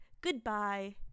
goodbye